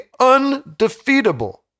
undefeatable